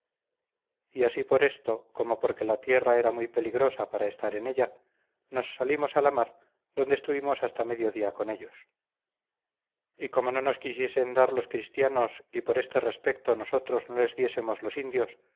y así por esto como porque la tierra era muy peligrosa para estar en ella nos salimos a la mar donde estuvimos hasta mediodía con ellos y como no nos quisiesen dar los cristianos y por este respecto nosotros no les diésemos los indios